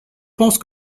pense